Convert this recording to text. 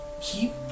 keep